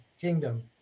kingdom